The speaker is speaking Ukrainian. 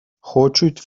хочуть